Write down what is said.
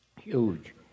huge